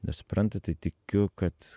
nesupranta tai tikiu kad